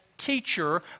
teacher